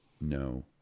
No